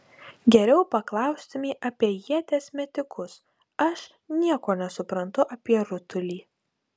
geriau paklaustumei apie ieties metikus aš nieko nesuprantu apie rutulį